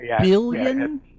Billion